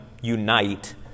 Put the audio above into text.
unite